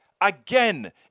Again